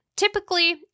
Typically